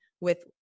with-